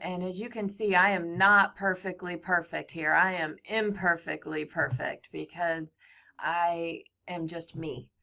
and as you can see, i am not perfectly perfect here. i am imperfectly perfect, because i am just me.